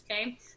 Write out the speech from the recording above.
okay